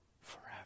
forever